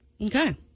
Okay